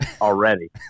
already